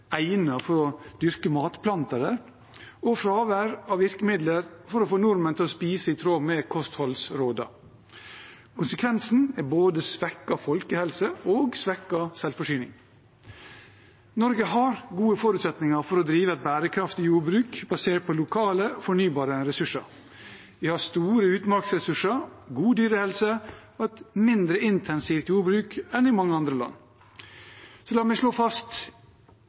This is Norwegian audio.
for å dyrke matplanter der eller ei, og fravær av virkemidler for å få nordmenn til å spise i tråd med kostholdsrådene. Konsekvensen er både svekket folkehelse og svekket selvforsyning. Norge har gode forutsetninger for å drive et bærekraftig jordbruk basert på lokale og fornybare ressurser. Vi har store utmarksressurser, god dyrehelse og et mindre intensivt jordbruk enn i mange andre land. Så la meg slå fast,